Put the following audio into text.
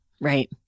right